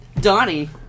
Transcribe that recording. Donnie